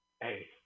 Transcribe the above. Hey